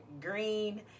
green